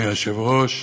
אדוני היושב-ראש,